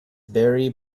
barry